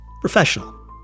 professional